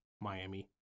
Miami